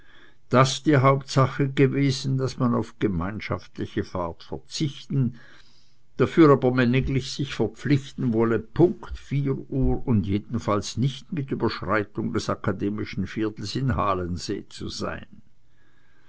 das die hauptsache gewesen daß man auf gemeinschaftliche fahrt verzichten dafür aber männiglich sich verpflichten wolle punkt vier uhr und jedenfalls nicht mit überschreitung des akademischen viertels in halensee zu sein